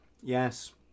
Yes